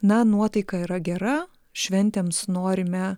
na nuotaika yra gera šventėms norime